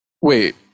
wait